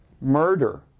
Murder